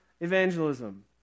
evangelism